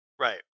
right